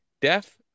deaf